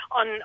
on